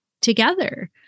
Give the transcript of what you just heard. together